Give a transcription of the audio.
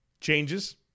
changes